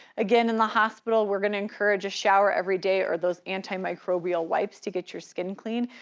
again, in the hospital, we're gonna encourage a shower every day, or those antimicrobial wipes to get your skin clean,